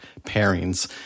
pairings